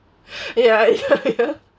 ya ya ya